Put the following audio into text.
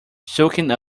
soaking